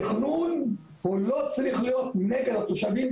תכנון לא צריך להיות נגד התושבים,